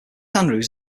andrews